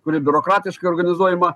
kuri biurokratiškai organizuojama